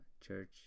church